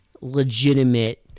legitimate